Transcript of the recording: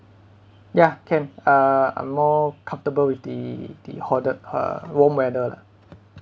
ya can uh I'm more comfortable with the the hotter uh warm weather lah